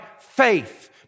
faith